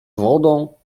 wodą